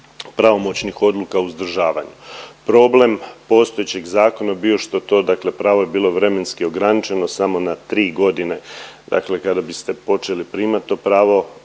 pravomoćnih odluka uzdržavanja. Problem postojećeg zakona je bio što je to dakle pravo je bilo vremenski ograničeno samo na 3 godine. Dakle kada biste počeli primat to pravo